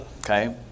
Okay